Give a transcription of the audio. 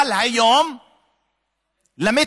אבל היום למתנחלים,